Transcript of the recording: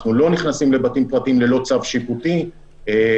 אנחנו לא נכנסים לבתים פרטיים ללא צו שיפוטי וזו